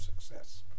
success